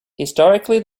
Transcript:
historically